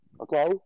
okay